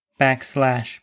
backslash